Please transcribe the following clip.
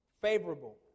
favorable